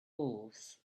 force